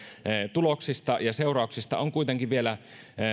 tuloksista ja seurauksista on kuitenkin vielä